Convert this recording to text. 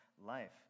life